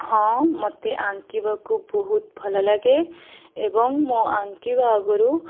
ହଁ ମୋତେ ଆଙ୍କିବାକୁ ବହୁତ ଭଲଲାଗେ ଏବଂ ମୋ ଆଙ୍କିବା ଆଗରୁ